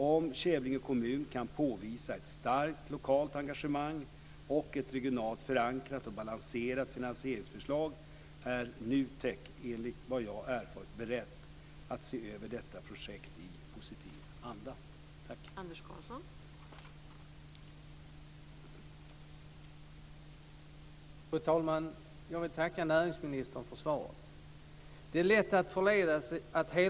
Om Kävlinge kommun kan påvisa ett starkt lokalt engagemang och ett regionalt förankrat och balanserat finaniseringsförslag är NU TEK enligt vad jag erfarit berett att se över detta projekt i positiv anda.